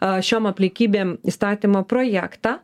ašiom aplinkybėm įstatymo projektą